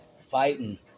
fighting